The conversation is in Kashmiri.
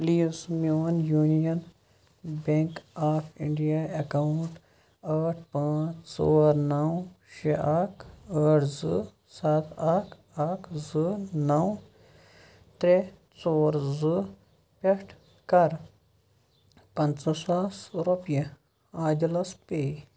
پلیٖز میون union bank of India account ٲٹھ پانٛژھ ژور نَو شےٚ اَکھ ٲٹھ زٕ سَتھ اَکھ اکھ زٕ نَو ترٛےٚ ژور زٕ پٮ۪ٹھ کَر پنٛژاہ ساس رۄپیہِ عادِلَس پے